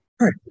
Right